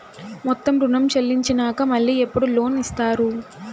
మొత్తం ఋణం చెల్లించినాక మళ్ళీ ఎప్పుడు లోన్ ఇస్తారు?